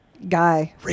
Guy